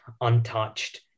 untouched